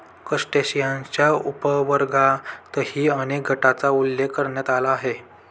क्रस्टेशियन्सच्या उपवर्गांतर्गतही अनेक गटांचा उल्लेख करण्यात आला आहे